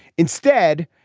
instead,